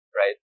right